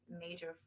major